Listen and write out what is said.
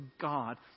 God